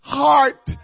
heart